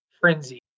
Frenzy